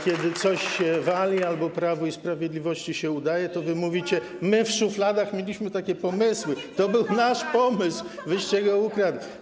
Kiedy coś się wali albo Prawu i Sprawiedliwości się udaje, to wy mówicie: my w szufladach mieliśmy takie pomysły, to był nasz pomysł, wyście go ukradli.